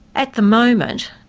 at the moment,